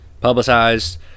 publicized